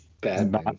bad